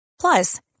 Plus